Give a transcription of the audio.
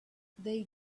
they